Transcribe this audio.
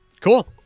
Cool